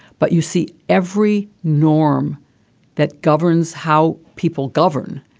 but you see every norm that governs how people govern,